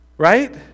right